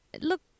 look